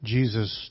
Jesus